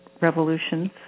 revolutions